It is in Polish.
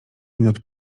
minut